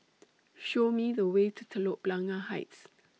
Show Me The Way to Telok Blangah Heights